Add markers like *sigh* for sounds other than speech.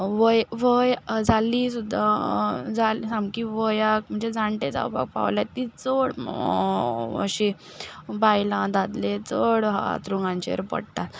वय वय जाल्लीं सुद्दां *unintelligible* सामकी वयाक म्हणचे जाण्टीं जावपाक पावल्यात तीं चड अशीं बायलां दादले चड हांतरुणाचेर पडटात